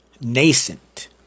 nascent